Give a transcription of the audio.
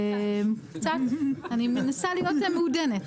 אני מנסה להיות מעודנת